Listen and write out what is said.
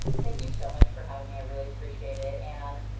thank you so much for having me, i really appreciate it. and,